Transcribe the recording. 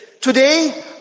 Today